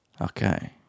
Okay